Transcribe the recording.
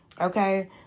okay